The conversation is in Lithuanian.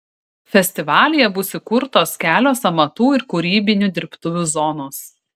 festivalyje bus įkurtos kelios amatų ir kūrybinių dirbtuvių zonos